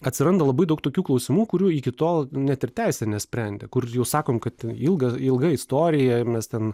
atsiranda labai daug tokių klausimų kurių iki tol net ir teisė nesprendė kur jau sakom kad ilga ilga istorija mes ten